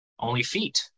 OnlyFeet